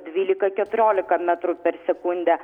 dvylika keturiolika metrų per sekundę